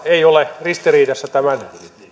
ei ole ristiriidassa tämän